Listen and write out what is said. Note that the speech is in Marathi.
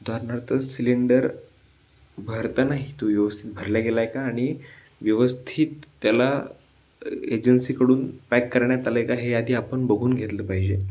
उदाहरणार्थ सिलेंडर भरतानाही तो व्यवस्थित भरला गेला आहे का आणि व्यवस्थित त्याला एजन्सीकडून पॅक करण्यात आले आहे का हे आधी आपण बघून घेतलं पाहिजे